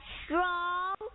strong